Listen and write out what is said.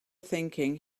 thinking